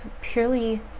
purely